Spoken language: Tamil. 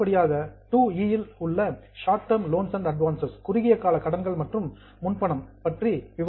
அடுத்தபடியாக 2 இல் short term loans and advances குறுகிய கால கடன்கள் மற்றும் முன்பணம் பற்றி காட்டப்பட்டுள்ளது